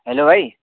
hello भाइ